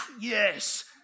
Yes